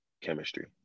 chemistry